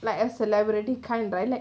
like as celebrity kind right